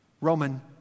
Roman